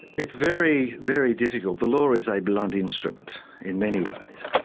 it's very, very difficult. the law is a blunt instrument in many ways,